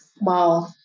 Wow